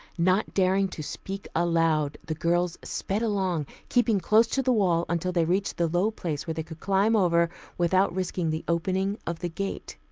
not daring to speak aloud, the girls sped along, keeping close to the wall until they reached the low place where they could climb over without risking the opening of the gate.